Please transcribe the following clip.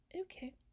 Okay